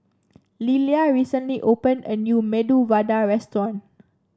Lillia recently open a new Medu Vada Restaurant